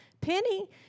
Penny